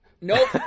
Nope